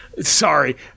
Sorry